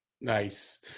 Nice